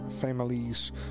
families